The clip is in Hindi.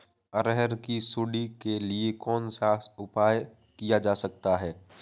अरहर की सुंडी के लिए कौन सा उपाय किया जा सकता है?